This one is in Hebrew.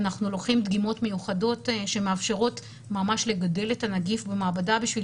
אנחנו לוקחים דגימות מיוחדות שמאפשרות ממש לגדל את הנגיף במעבדה בשביל